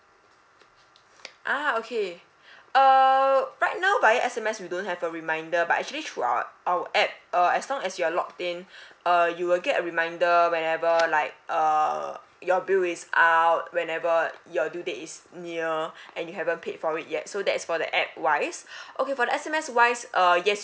ah okay uh right now via S_M_S we don't have a reminder but actually through our our app uh as long as you're logged in uh you will get a reminder whenever like uh your bill is out whenever your due date is near and you haven't paid for it yet so that is for the app wise okay for the S_M_S wise uh yes